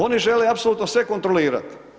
Oni žele apsolutno sve kontrolirati.